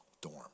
dorm